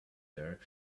there